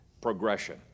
progression